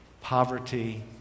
Poverty